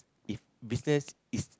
if business is